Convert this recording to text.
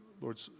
Lord